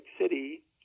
City